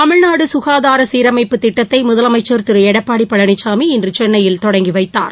தமிழ்நாடு சுகாதார சீரமைப்புத் திட்டத்தை முதலமைச்சர் திரு எடப்பாடி பழனிசாமி இன்று சென்னையில் தொடங்கி வைத்தார்